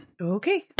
Okay